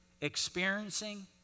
experiencing